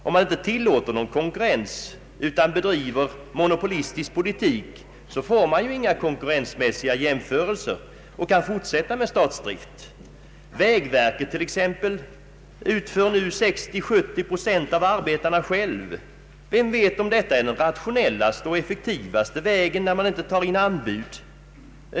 Om man inte tillåter någon konkurrens utan bedriver monopolistisk politik, får man inte konkurrensmässiga jämförelser och kan fortsätta med statsdrift. Vägverket t.ex. utför nu 60-—70 procent av arbetena självt. Vem vet om detta är den rationellaste och effektivaste vägen när man inte tar in anbud?